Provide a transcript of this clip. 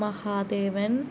Mahadevan